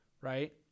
Right